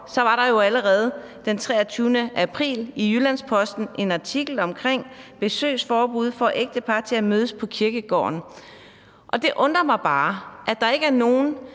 var der jo allerede den 23. april i Jyllands-Posten en artikel med overskriften »Besøgsforbud får ægtepar til at mødes i smug på kirkegården«. Det undrer mig bare, at der ikke er nogen,